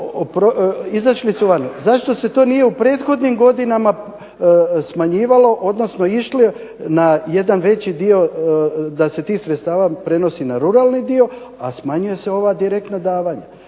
izašli su van, zašto se to nije u prethodnim godinama smanjivalo, odnosno išlo na jedan veći dio da se tih sredstava prenosi na ruralni dio, a smanjuje se ova direktna davanja.